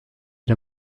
der